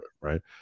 right